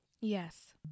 Yes